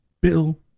Bill